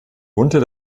unter